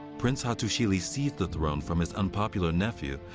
prince hattusili seized the throne from his unpopular nephew,